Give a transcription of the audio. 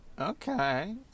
Okay